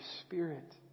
Spirit